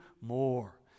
more